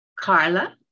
Carla